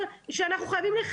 אתה עושה תפקיד בהתנדבות.